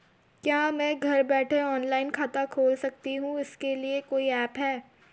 क्या मैं घर बैठे ऑनलाइन खाता खोल सकती हूँ इसके लिए कोई ऐप है?